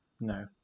No